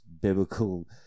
biblical